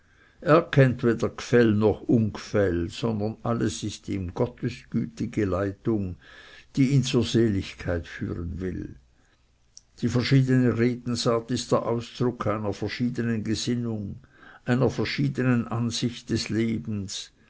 er kennt weder gfell noch ungfell sondern alles ist ihm gottes gütige leitung die ihn zur seligkeit führen will die verschiedene redensart ist der ausdruck einer verschiedenen gesinnung einer verschiedenen ansicht des lebens